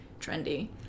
trendy